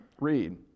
read